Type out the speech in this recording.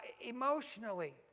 Emotionally